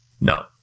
No